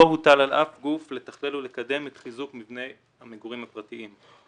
הוטל על אף גוף לתכלל ולקדם את חיזוק מבני המגורים הפרטיים.